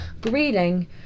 greeting